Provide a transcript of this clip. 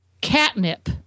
catnip